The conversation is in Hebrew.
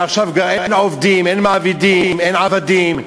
מעכשיו כבר אין עובדים, אין מעבידים, אין עבדים,